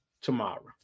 tomorrow